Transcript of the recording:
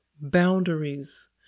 Boundaries